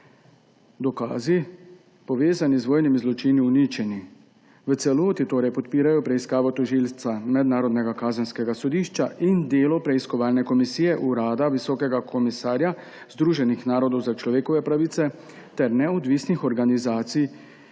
dokazi, povezani z vojnimi zločini, uničeni. V celoti torej podpirajo preiskavo tožilstva Mednarodnega kazenskega sodišča in delo preiskovalne komisije Urada visokega komisarja Združenih narodov za človekove pravice ter neodvisnih organizacij